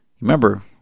Remember